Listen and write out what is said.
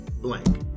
blank